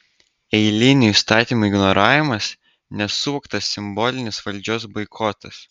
eilinių įstatymų ignoravimas nesuvoktas simbolinis valdžios boikotas